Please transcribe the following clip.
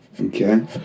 Okay